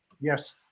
Yes